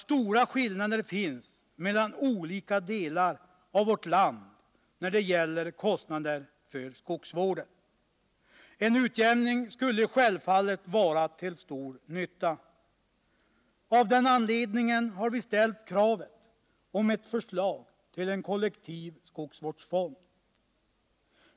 Stora skillnader finns otvivelaktigt mellan olika delar av vårt land när det gäller kostnaderna för skogsvården. En utjämning skulle självfallet vara till stor nytta. Av den anledningen kräver vi ett förslag till en kollektiv skogsvårdsfond.